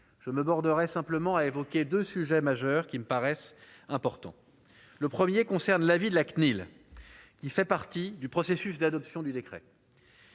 je me bornerai simplement à évoquer 2 sujets majeurs qui me paraissent importants: le 1er concerne l'avis de la CNIL, qui fait partie du processus d'adoption du décret,